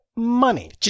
money